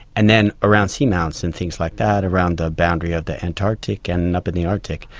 and then around seamounts and things like that, around the boundary of the antarctic and up in the arctic,